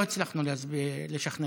לא הצלחנו לשכנע.